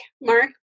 Mark